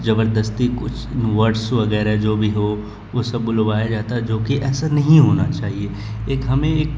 زبردستی کچھ ورڈس وغیرہ جو بھی ہو وہ سب بلوایا جاتا ہے جو کہ ایسا نہیں ہونا چاہیے ایک ہمیں ایک